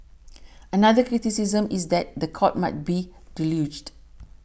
another criticism is that the courts might be deluged